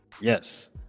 Yes